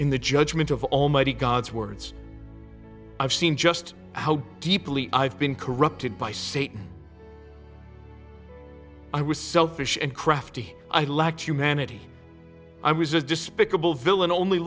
in the judgment of almighty god's words i've seen just how deeply i've been corrupted by satan i was selfish and crafty i lacked humanity i was a despicable villain only